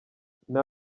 nta